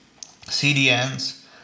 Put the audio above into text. CDNs